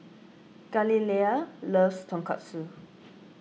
Galilea loves Tonkatsu